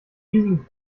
riesigen